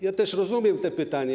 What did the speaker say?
Ja też rozumiem te pytania.